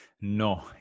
No